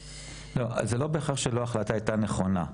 לא, זה לא בהכרח שההחלטה לא הייתה נכונה.